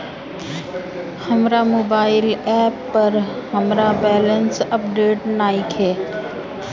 हमर mobile app पर हमर बैलेंस अपडेट नइखे